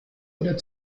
oder